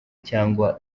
cyangwa